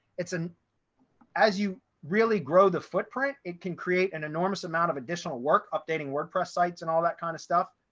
it's an as you really grow the footprint, it can create an enormous amount of additional work updating wordpress sites and all that kind of stuff.